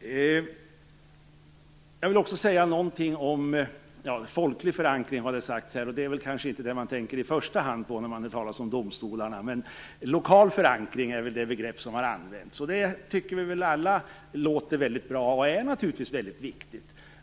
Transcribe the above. Det har talats om folklig förankring. Det är väl inte det man i första hand tänker på när det talas om domstolar. Lokal förankring är det begrepp som har använts. Vi tycker väl alla att det låter bra. Det är naturligtvis också mycket viktigt.